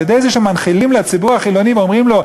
אלא על-ידי כך שמנחילים לציבור החילוני ואומרים לו,